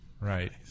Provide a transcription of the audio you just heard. Right